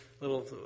little